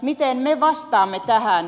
miten me vastaamme tähän